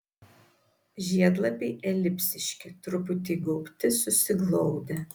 žiedlapiai elipsiški truputį įgaubti susiglaudę